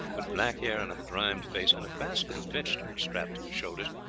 with black hair and a begrimed face, and a basket of vegetables strapped to his shoulders,